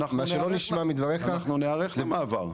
מה שלא נשמע מדבריך --- אנחנו ניערך למעבר.